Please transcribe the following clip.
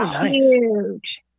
huge